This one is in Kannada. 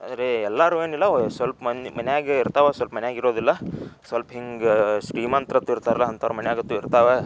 ಅಂದರೆ ಎಲ್ಲರೂ ಏನಿಲ್ಲ ಸ್ವಲ್ಪ ಮಂದಿ ಮನ್ಯಾಗ ಇರ್ತಾವ ಸ್ವಲ್ಪ ಮನ್ಯಾಗ ಇರುವುದಿಲ್ಲ ಸ್ವಲ್ಪ ಹಿಂಗೆ ಶ್ರೀಮಂತ್ರು ಅಂತ ಇರ್ತಾರಲ್ಲ ಅಂಥವ್ರು ಮನ್ಯಾಗಂತೂ ಇರ್ತಾವೆ